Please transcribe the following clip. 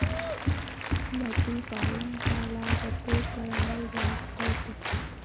मोती पालन तालाबतो कराल जा छेक